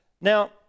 Now